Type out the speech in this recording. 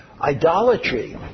Idolatry